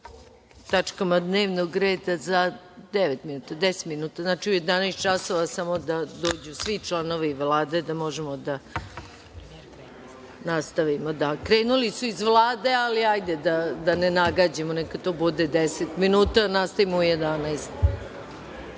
tačkama dnevnog reda za deset minuta, znači u 11 časova, samo da dođu svi članovi Vlade da možemo da nastavimo. Krenuli su iz Vlade, ali hajde da ne nagađamo, neka to bude deset minuta, da nastavimo u 11